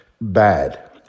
bad